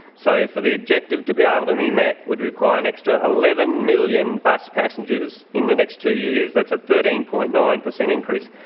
so for the objective to be ah able to be met would require an extra eleven million bus passengers in the next two years that's a thirteen point nine increase.